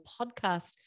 podcast